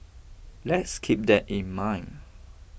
let's keep that in mind